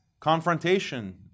Confrontation